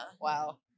Wow